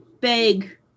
big